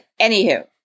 Anywho